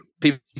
People